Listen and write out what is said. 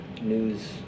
news